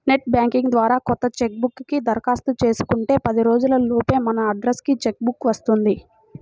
net banking ద్వారా కొత్త cheque book కి దరఖాస్తు చేసుకుంటే పది రోజుల లోపే మన అడ్రస్ కి చెక్ బుక్ వస్తుంది